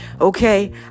Okay